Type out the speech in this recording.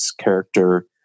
character